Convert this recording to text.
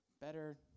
better